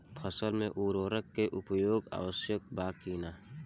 फसल में उर्वरक के उपयोग आवश्यक बा कि न?